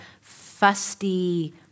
fusty